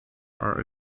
are